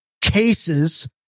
cases